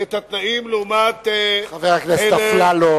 את התנאים לעומת אלה, חבר הכנסת אפללו,